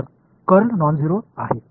இங்கு கர்ல் இன் மதிப்பு பூஜ்ஜியமற்றது ஆகும்